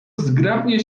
zgrabnie